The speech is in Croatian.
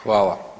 Hvala.